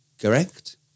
Correct